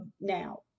now